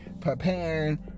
preparing